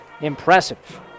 Impressive